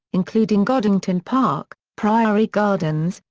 including goddington park, priory gardens,